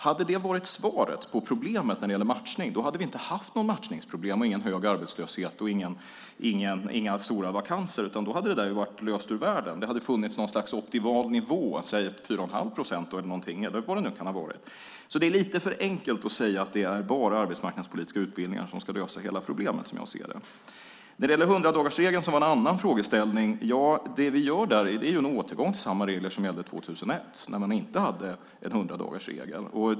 Hade det varit svaret på problemet när det gäller matchning hade vi inte haft något matchningsproblem, ingen hög arbetslöshet och inga stora vakanser. Då hade problemet varit ur världen. Det hade funnits någon slags optimal nivå, 4 1⁄2 procent eller vad det kan ha varit. Det är lite för enkelt att säga att det är arbetsmarknadspolitiska utbildningar som ska lösa hela problemet. När det gäller 100-dagarsregeln som var en annan frågeställning gör vi där en återgång till samma regler som gällde 2001 när man inte hade en 100-dagarsregel.